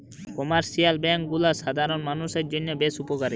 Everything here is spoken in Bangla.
কমার্শিয়াল বেঙ্ক গুলা সাধারণ মানুষের জন্য বেশ উপকারী